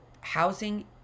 housing